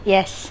Yes